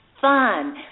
fun